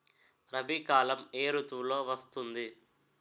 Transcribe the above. రబీ కాలం ఏ ఋతువులో వస్తుంది?